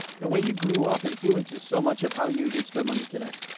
the way you grew up influences so much of how you even spend money today.